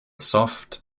soft